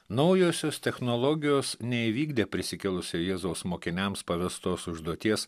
naujosios technologijos neįvykdė prisikėlusio jėzaus mokiniams pavestos užduoties